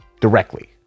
Directly